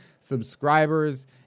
subscribers